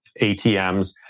ATMs